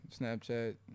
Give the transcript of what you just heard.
Snapchat